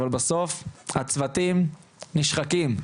אבל בסוף הצוותים נשחקים.